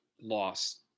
loss